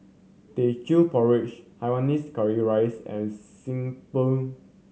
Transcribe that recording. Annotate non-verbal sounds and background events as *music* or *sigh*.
Teochew Porridge *unintelligible* curry rice and xi *unintelligible*